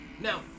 Now